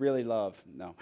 really love now